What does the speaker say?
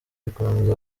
bikunze